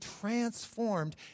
transformed